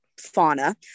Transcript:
fauna